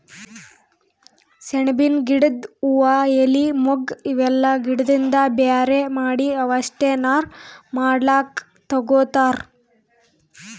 ಸೆಣಬಿನ್ ಗಿಡದ್ ಹೂವಾ ಎಲಿ ಮೊಗ್ಗ್ ಇವೆಲ್ಲಾ ಗಿಡದಿಂದ್ ಬ್ಯಾರೆ ಮಾಡಿ ಅವಷ್ಟೆ ನಾರ್ ಮಾಡ್ಲಕ್ಕ್ ತಗೊತಾರ್